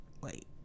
wait